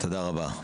תודה רבה.